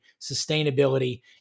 sustainability